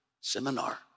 seminar